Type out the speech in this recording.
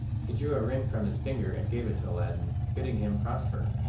he drew a ring from his finger and gave it to aladdin, bidding him prosper.